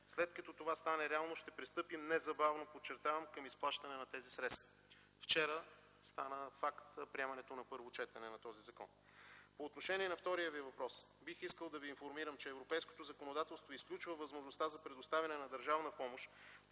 След като това стане реалност, ще пристъпим незабавно, подчертавам, към изплащане на тези средства. Вчера стана факт приемането на първо четене на този закон. По отношение на втория Ви въпрос, бих искал да Ви информирам, че европейското законодателство изключва възможността за предоставяне на държавна помощ